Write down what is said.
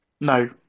No